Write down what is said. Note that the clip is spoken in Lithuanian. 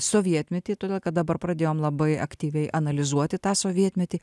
sovietmetį todėl kad dabar pradėjom labai aktyviai analizuoti tą sovietmetį